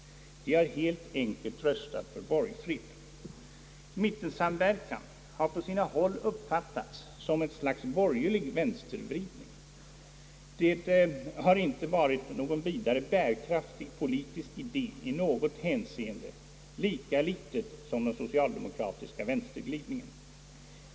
De har helt enkelt röstat för borgfred. Mittensamverkan däremot har på sina håll uppfattats som ett slag borgerlig vänstervridning. Det har inte varit någon särskilt bärkraftig politisk idé i något hänseende, lika litet som den socialdemokratiska vänsterglidningen.